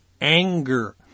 anger